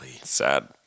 Sad